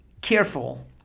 careful